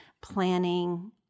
planning